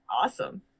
awesome